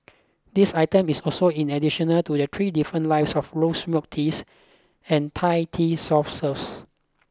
this item is also in additional to their three different lives of rose milk tea and Thai tea soft serves